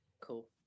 Cool